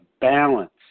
balance